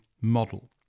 model